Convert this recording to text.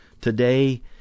today